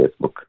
Facebook